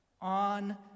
on